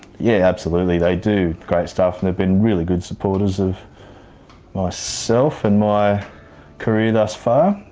yeah, absolutely they do great stuff, and they've been really good supports of myself and my career thus far.